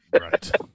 Right